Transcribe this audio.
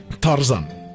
Tarzan